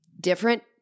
different